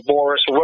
Boris